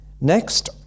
Next